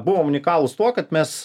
buvom unikalūs tuo kad mes